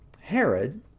Herod